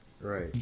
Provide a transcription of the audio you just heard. Right